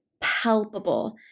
palpable